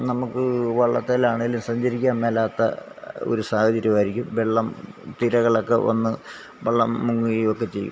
നമുക്ക് വള്ളത്തേലാണേലും സഞ്ചരിക്കാൻ മേലാത്ത ഒരു സാഹചര്യം ആയിരിക്കും വെള്ളം തിരകളൊക്കെ വന്ന് വള്ളം മുങ്ങുകയും ഒക്കെ ചെയ്യും